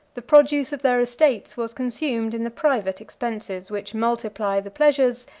the produce of their estates was consumed in the private expenses which multiply the pleasures,